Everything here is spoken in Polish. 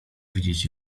widzieć